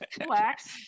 relax